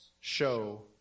show